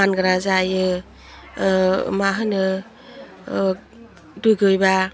मानग्रा जायो मा होनो दुगैबा